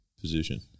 position